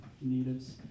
natives